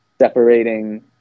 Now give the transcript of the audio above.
separating